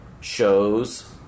shows